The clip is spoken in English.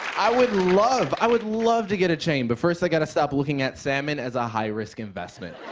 i would love i would love to get a chain, but first i got to stop looking at salmon as a high-risk investment,